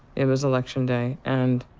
it was election day and.